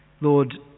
Lord